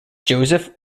joseph